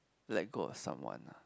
let go of someone ah